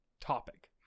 topic